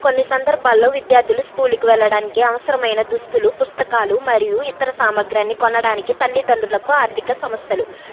కొన్ని సందర్భాల్లో విద్యార్థులు స్కూల్కి వెళ్ళడానికి అవసరమైన దుస్తులు పుస్తకాలు మరియు ఇతర సామగ్రిని కొనడానికి తల్లిదండ్రులకు ఆర్థిక సమస్యలు